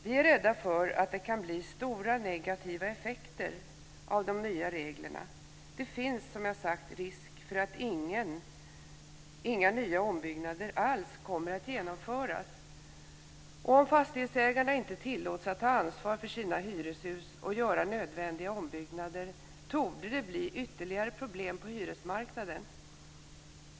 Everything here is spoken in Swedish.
Vi är rädda för att det kan bli stora negativa effekter av de nya reglerna. Det finns, som jag har sagt, risk för att inga nya ombyggnader alls kommer att genomföras. Om fastighetsägarna inte tillåts att ta ansvar för sina hyreshus och göra nödvändiga ombyggnader torde det bli ytterligare problem på hyresmarknaden.